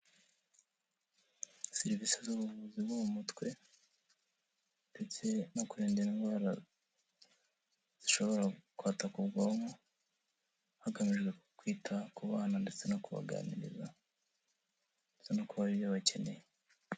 Serivisi z'ubuvuzi bwo mu mutwe ndetse no kurinda indwara zishobora kwataka ubwonko, hagamijwe kwita ku bana ndetse no kubaganiriza ndetse no kubaha ibyo bakeneye.